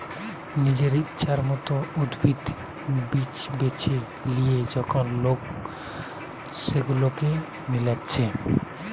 নিজের ইচ্ছের মত উদ্ভিদ, বীজ বেছে লিয়ে যখন লোক সেগুলাকে মিলাচ্ছে